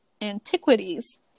antiquities